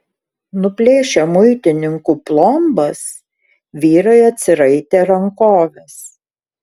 nuplėšę muitininkų plombas vyrai atsiraitė rankoves